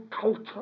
culture